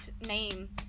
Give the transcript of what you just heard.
name